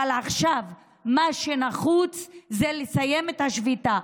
אבל עכשיו מה שנחוץ זה לסיים את השביתה.